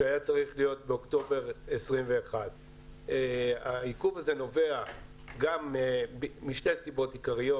שהיה צריך להיות באוקטובר 21. העיכוב הזה נובע משתי סיבות עיקריות: